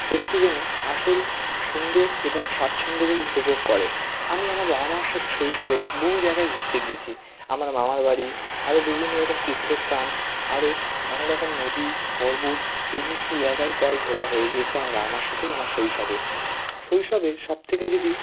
সত্যি যেন আসল সুন্দর এবং স্বাচ্ছন্দ্য বলে উপভোগ করে আমি আমার বাবা মার সাথে শৈশবে বহু জায়গায় ঘুরতে গিয়েছি আমার মামার বাড়ি আরও বিভিন্নরকম তীর্থস্থান আরও নানারকম নদী পর্বত সমস্ত জায়গায় প্রায় ঘোরা হয়ে গিয়েছে আমার বাবা মার সাথে আমার শৈশবে শৈশবের সবথেকে যদি